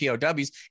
POWs